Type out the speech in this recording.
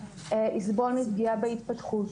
יסבול מפגיעה בהתפתחות,